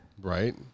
Right